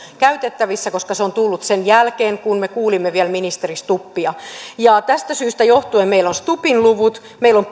käytettävissä koska se on tullut sen jälkeen kun me kuulimme vielä ministeri stubbia tästä syystä johtuen meillä on stubbin luvut meillä on